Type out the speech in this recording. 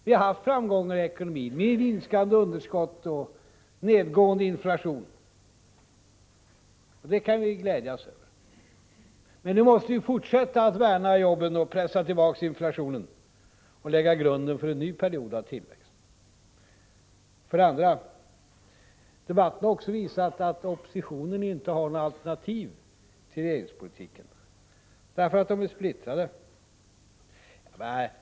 Vi har haft framgångar i ekonomin med minskande underskott och nedgående inflation, och det kan vi glädja oss över. Men nu måste vi fortsätta med att värna jobben, pressa tillbaka inflationen och lägga grunden till en ny period av tillväxt. För det andra har debatten visat att oppositionen inte har något alternativ till regeringspoliken. De borgerliga partierna är splittrade.